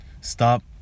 Stop